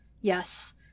Yes